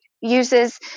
uses